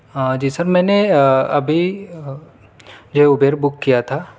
ہاں جی سر میں نے ابھی جو ابیر بک کیا تھا